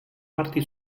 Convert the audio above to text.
parti